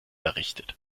errichtet